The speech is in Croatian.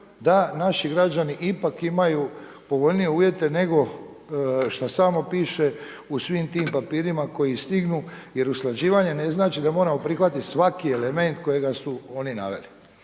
da naši građani ipak imaju povoljnije uvjete nego što samo piše u svim tim papirima koji stignu. Jer usklađivanje ne znači da moramo prihvatiti svaki element kojega su oni naveli.